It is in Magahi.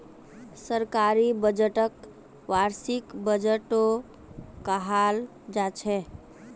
सरकारी बजटक वार्षिक बजटो कहाल जाछेक